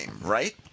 right